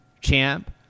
Champ